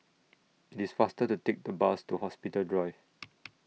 IT IS faster to Take The Bus to Hospital Drive